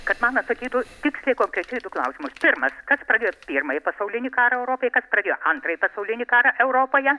kad man atsakytų tiksliai konkrečiai į du klausimus pirmas kas pradėjo pirmąjį pasaulinį karą europoje kas pradėjo antrąjį pasaulinį karą europoje